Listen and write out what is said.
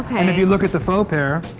and if you look at the faux pair,